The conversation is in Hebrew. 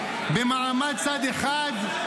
במעמד צד אחד,